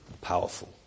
powerful